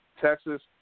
Texas